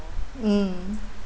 mm